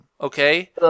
okay